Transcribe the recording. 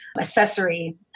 accessory